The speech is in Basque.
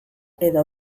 edo